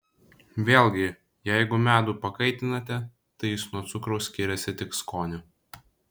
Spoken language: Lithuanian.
vėlgi jeigu medų pakaitinate tai jis nuo cukraus skiriasi tik skoniu